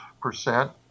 percent